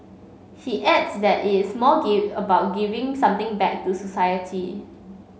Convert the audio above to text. he adds that it's more about giving something back to society